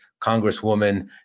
Congresswoman